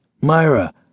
Myra